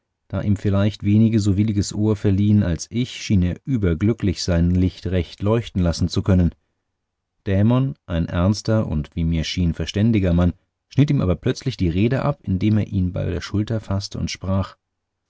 da ihm vielleicht wenige so williges ohr verliehen als ich schien er überglücklich sein licht recht leuchten lassen zu können dämon ein ernster und wie mir schien verständiger mann schnitt ihm aber plötzlich die rede ab indem er ihn bei der schulter faßte und sprach